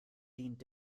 dient